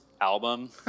album